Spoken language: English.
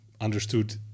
understood